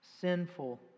sinful